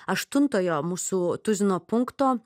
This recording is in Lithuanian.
aštuntojo mūsų tuzino punkto